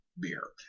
beer